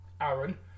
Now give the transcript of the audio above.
Aaron